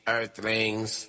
Earthlings